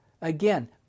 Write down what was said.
Again